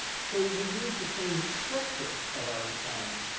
so we use the same structure of our economy,